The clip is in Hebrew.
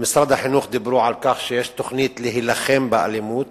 במשרד החינוך דיברו על כך שיש תוכנית להילחם באלימות,